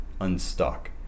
unstuck